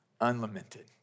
unlamented